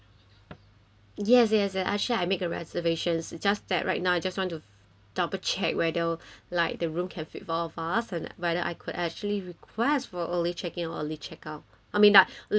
yes yes actually I make a reservations just that right now I just want to double check whether like the room can fit for all of us whether I could actually request for early check in or early check out I mean that late check out sorry